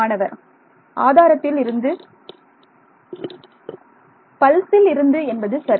மாணவர் ஆதாரத்திலிருந்து பல்ஸில் இருந்து என்பது சரி